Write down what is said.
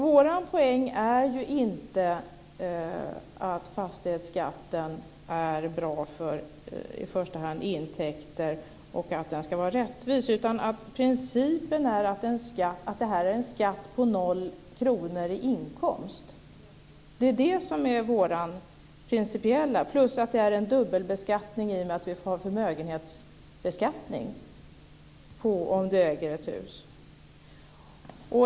Vår poäng är inte att fastighetsskatten är bra för i första hand intäkter och att den ska vara rättvis, utan principen är att det är en skatt på noll kronor i inkomst. Det är vår principiella poäng - plus att det är dubbelbeskattning i och med att vi har en förmögenhetsbeskattning av sådana som äger ett hus.